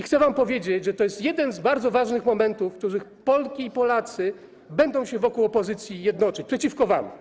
Chcę wam powiedzieć, że jest to jeden z bardzo ważnych momentów, w przypadku których Polki i Polacy będą się wokół opozycji jednoczyć przeciwko wam.